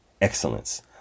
excellence